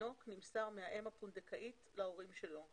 התינוק נמסר מהאם הפונדקאית להורים שלו.